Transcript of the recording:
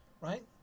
right